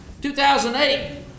2008